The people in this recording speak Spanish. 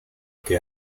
que